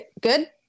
good